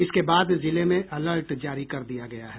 इसके बाद जिले में अलर्ट जारी कर दिया गया है